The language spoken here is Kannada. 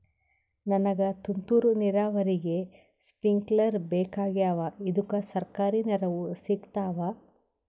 ನನಗ ತುಂತೂರು ನೀರಾವರಿಗೆ ಸ್ಪಿಂಕ್ಲರ ಬೇಕಾಗ್ಯಾವ ಇದುಕ ಸರ್ಕಾರಿ ನೆರವು ಸಿಗತ್ತಾವ?